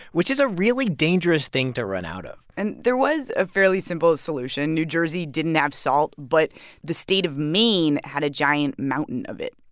which is a really dangerous thing to run out of and there was a fairly simple solution. new jersey didn't have salt, but the state of maine had a giant mountain of it.